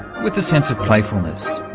with a sense of playfulness.